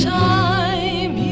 time